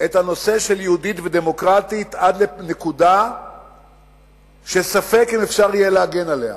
את הנושא של "יהודית ודמוקרטית" עד לנקודה שספק אם אפשר יהיה להגן עליה.